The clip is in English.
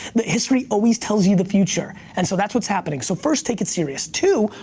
that history always tells you the future. and so that's what's happening. so first take it serious. two,